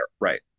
right